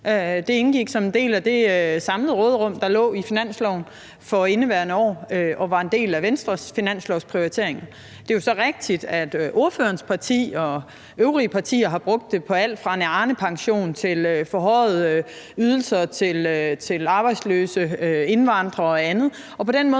Det indgik som en del af det samlede råderum, der lå i finansloven for indeværende år, og var en del af Venstres finanslovsprioritering. Det er jo så rigtigt, at ordførerens parti og øvrige partier har brugt det på alt fra en Arnepension til forhøjede ydelser til arbejdsløse indvandrere og andet,